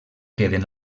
queden